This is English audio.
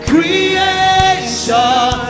Creation